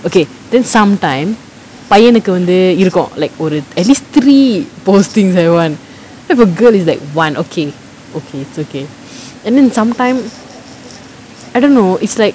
okay then sometime பையனுக்கு வந்து இருக்கு:paiyanukku vanthu irukku like ஒரு:oru at least three postings eh one then if the girl is one okay okay it's okay and then sometime I don't know it's like